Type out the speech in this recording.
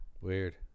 weird